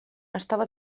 estava